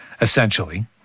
essentially